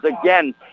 Again